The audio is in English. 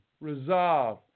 resolve